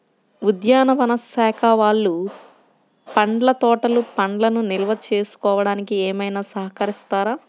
ఉద్యానవన శాఖ వాళ్ళు పండ్ల తోటలు పండ్లను నిల్వ చేసుకోవడానికి ఏమైనా సహకరిస్తారా?